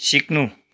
सिक्नु